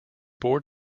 board